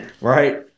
right